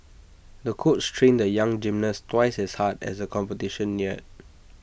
the coach trained the young gymnast twice as hard as the competition neared